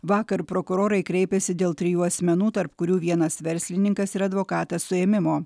vakar prokurorai kreipėsi dėl trijų asmenų tarp kurių vienas verslininkas ir advokatas suėmimo